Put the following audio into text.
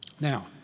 Now